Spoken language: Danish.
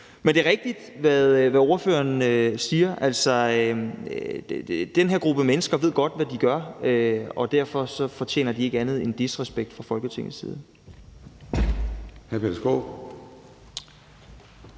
Men det er rigtigt, hvad ordføreren siger, altså at den her gruppe mennesker godt ved, hvad de gør, og derfor fortjener de ikke andet end disrespekt fra Folketingets side.